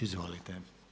Izvolite.